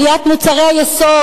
עליית מחירי מוצרי היסוד,